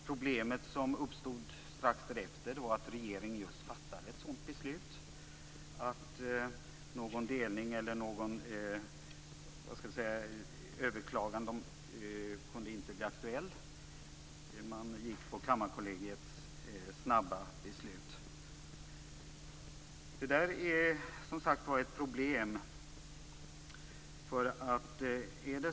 Problemet som uppstod strax därefter var att regeringen just fattade ett sådant beslut om att ett överklagande inte kunde bli aktuellt. Man gick på Det här är som sagt var ett problem.